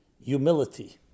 Humility